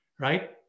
Right